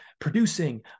producing